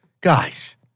Guys